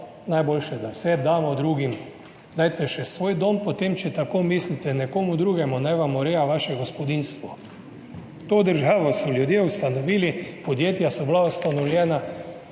najboljše, da vse dajmo drugim. Dajte še svoj dom potem, če tako mislite, nekomu drugemu, naj vam ureja vaše gospodinjstvo. To državo so ljudje ustanovili, podjetja so bila ustanovljena